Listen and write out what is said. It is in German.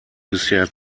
bisher